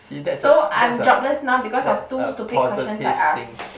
see that's a that's a that's a positive thing